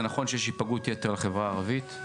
זה נכון שיש היפגעות יתר בחברה הערבית.